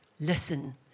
Listen